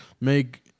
make